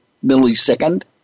millisecond